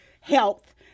health